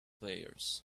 players